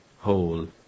whole